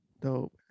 dope